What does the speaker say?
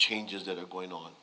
changes that are going on